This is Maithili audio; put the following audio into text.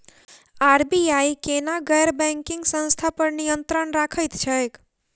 आर.बी.आई केना गैर बैंकिंग संस्था पर नियत्रंण राखैत छैक?